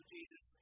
Jesus